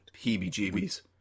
heebie-jeebies